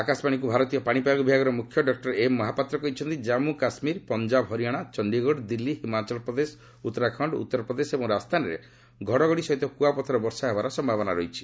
ଆକାଶବାଣୀକୁ ଭାରତୀୟ ପାଣିପାଗ ବିଭାଗର ମୁଖ୍ୟ ଡକୁର ଏମ୍ ମହାପାତ୍ର କହିଛନ୍ତି ଜାମ୍ମୁ କାଶ୍କୀର ପଞ୍ଜାବ ହରିଆନା ଚଣ୍ଡୀଗଡ଼ ଦିଲ୍ଲୀ ହିମାଚଳପ୍ରଦେଶ ଉତ୍ତରାଖଣ୍ଡ ଉତ୍ତରପ୍ରଦେଶ ଏବଂ ରାଜସ୍ଥାନରେ ଘଡ଼ଘଡ଼ି ସହିତ କୁଆପଥର ବର୍ଷା ସମ୍ଭାବନା ରହିଛି